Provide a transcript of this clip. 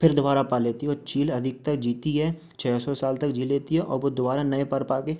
फिर दोबारा पा लेती है और चील अधिकतर जीती है छ सौ साल तक जी लेती है और वो दुबारा नए पर पा के